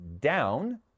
down